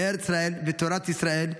ארץ ישראל ותורת ישראל.